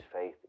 faith